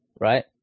right